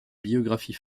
biographies